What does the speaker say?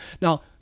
Now